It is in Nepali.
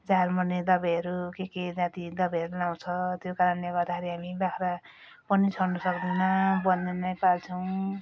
झार मार्ने दबाईहरू के के जाति दबाईहरू लगाउँछ त्यो कारणले गर्दाखेरि हामी बाख्रा पनि छोड्नु सक्दैन बन्धनमै पाल्छौँ